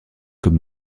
comme